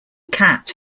cat